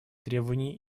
требований